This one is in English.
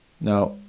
Now